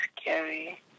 scary